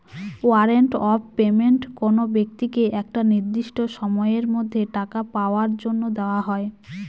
warrant of payment কোনো ব্যক্তিকে একটা নির্দিষ্ট সময়ের মধ্যে টাকা পাওয়ার জন্য দেওয়া হয়